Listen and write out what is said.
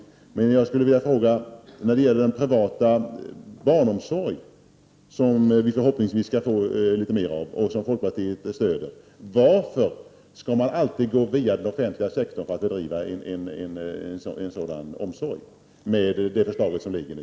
Slutligen vill jag ställa en fråga som gäller den privata barnomsorg som vi förhoppningsvis skall få litet mer av och som folkpartiet stöder: Varför skall man alltid gå via den offentliga sektorn för att bedriva en sådan omsorg, enligt det förslag som ligger nu?